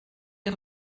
est